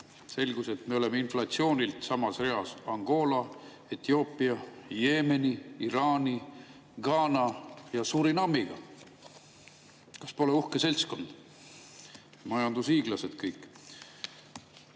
selgus, et me oleme inflatsiooni poolest samas reas Angola, Etioopia, Jeemeni, Iraani, Ghana ja Surinamega. Kas pole uhke seltskond? Majandushiiglased kõik.